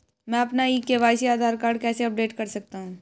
मैं अपना e KYC Aadhaar card कैसे अपडेट कर सकता हूँ?